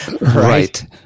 Right